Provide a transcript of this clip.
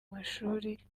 mashuri